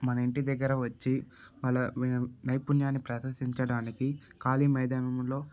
మన ఇంటి దగ్గర వచ్చి వాళ్ళ నైపుణ్యాన్ని ప్రదర్శించడానికి ఖాళీ మైదానంలో